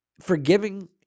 forgiving